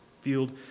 field